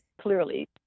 clearly